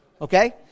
okay